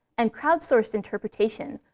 and crowdsourced interpretation,